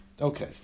Okay